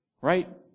Right